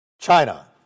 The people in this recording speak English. China